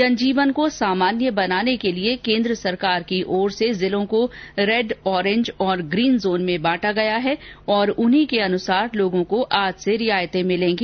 जनजीवन को सामान्य बनाने के लिये केन्द्र सरकार की ओर से जिलों को रैड ऑरेन्ज और ग्रीन जोन में बांटा गया है और उन्हीं के अनुसार लोगों को आज से रियायतें मिलेंगी